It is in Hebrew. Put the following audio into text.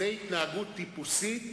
זו השאלה שעליה נבחנת